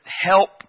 help